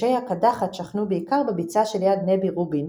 יתושי הקדחת שכנו בעיקר בביצה שליד נבי-רובין,